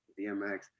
DMX